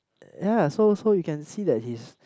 ya so so you can see that he's